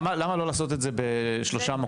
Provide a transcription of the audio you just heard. למה לא לעשות את זה בשלושה מוקדים,